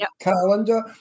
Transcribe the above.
calendar